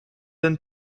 then